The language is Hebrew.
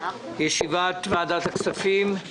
אני מתכבד לפתוח את ישיבת ועדת הכספים.